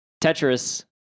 Tetris